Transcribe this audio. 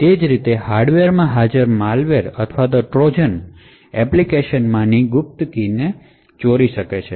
તે જ રીતે હાર્ડવેરમાં હાજર માલવેર અથવા ટ્રોજન એપ્લિકેશનમાંની સીક્રેટકીને ચોરી શકે છે